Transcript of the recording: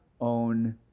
own